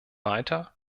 weiter